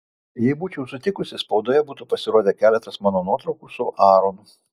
jei būčiau sutikusi spaudoje būtų pasirodę keletas mano nuotraukų su aaronu